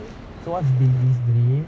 so what's been this dream